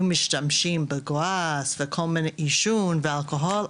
משתמשים בגראס וכל מיני עישון ואלכוהול,